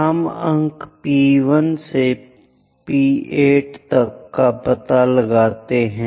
हम अंक P1 2 3 4 5 6 7 8 का पता लगाते हैं